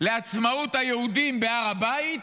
לעצמאות היהודים בהר הבית